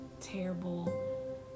terrible